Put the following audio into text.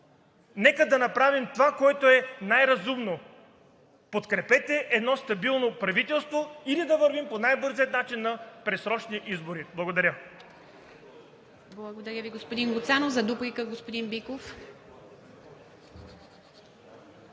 Нека да направим това, което е най-разумно: подкрепете едно стабилно правителство или да вървим по най-бързия начин на предсрочни избори. Благодаря.